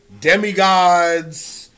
demigods